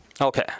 Okay